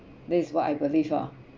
this is what I believe ah